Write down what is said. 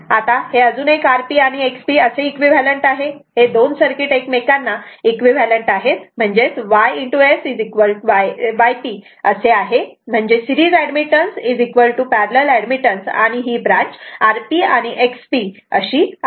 आता हे अजून एक Rp आणि XP असे इक्विव्हॅलंट आहे हे दोन सर्किट एकमेकांना इक्विव्हॅलंट आहेत म्हणजेच Y SY P आहे म्हणजे सिरीज ऍडमिटन्स पॅरलल ऍडमिटन्स आणि ही ब्रांच Rp आणि XP अशी आहे